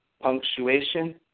punctuation